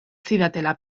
zidatela